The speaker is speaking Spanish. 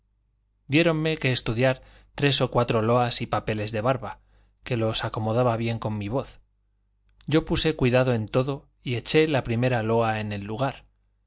toledo diéronme que estudiar tres o cuatro loas y papeles de barba que los acomodaba bien con mi voz yo puse cuidado en todo y eché la primera loa en el lugar